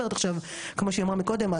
העובדים הללו,